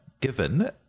given